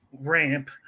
ramp